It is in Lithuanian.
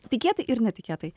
tikėtai ir netikėtai